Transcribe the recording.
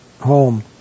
home